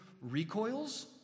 recoils